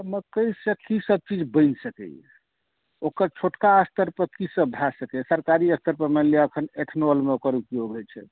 तऽ मकैसंँ की सभ चीज बनि सकैया ओकर छोटका स्तर पर की सभ भए सकैया सरकारी स्तर पर मानि लिअ कि एथेनॉलमे ओकर उपयोग होइत छै